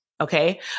okay